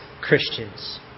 Christians